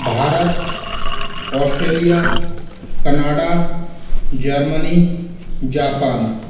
Bharat Australia Canada Germany Japan